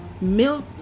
milk